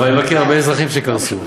אז אני מכיר הרבה אזרחים שקרסו.